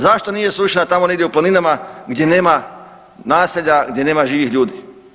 Zašto nije srušena tamo negdje u planinama gdje nema naselja, gdje nema živih ljudi?